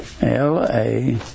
L-A